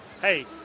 hey